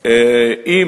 אם